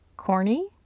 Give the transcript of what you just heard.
Corny